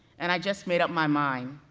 and i just made up my mind.